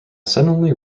suddenly